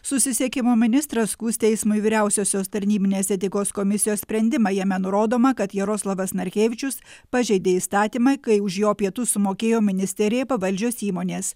susisiekimo ministras skųs teismui vyriausiosios tarnybinės etikos komisijos sprendimą jame nurodoma kad jaroslavas narkevičius pažeidė įstatymą kai už jo pietus sumokėjo ministerijai pavaldžios įmonės